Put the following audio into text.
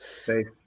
Safe